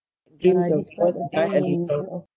dreams of yours die a little